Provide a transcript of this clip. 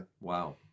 Wow